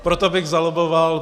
Proto bych zalobboval.